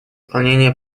выполнение